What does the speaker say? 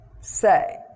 say